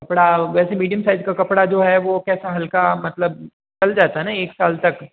कपड़ा वैसे medium size का कपड़ा जो है वो कैसा हल्का मतलब चल जाता है ना एक साल तक